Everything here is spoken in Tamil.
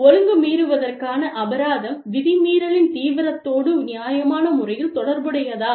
ஒழுங்கு மீறுவதற்கான அபராதம் விதி மீறலின் தீவிரத்தோடு நியாயமான முறையில் தொடர்புடையதா